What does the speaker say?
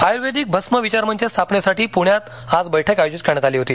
आयुर्वेदिक भस्म विचारमंच स्थापनेसाठी पुण्यात आज बैठक आयोजित करण्यात आली होती